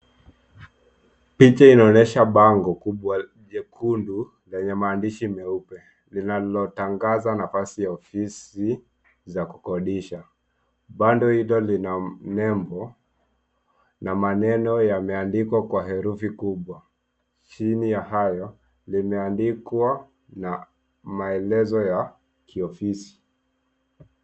Picha inaonyesha bango kubwa jekundu lenye maandishi meupe linalotangaza nafasi ya ofisi za kukodisha. Bango hilo lina nembo na maneno yameandikwa kwa herufi kubwa. Chini ya hayo, limeandikwa na maelezo ya kiofisi.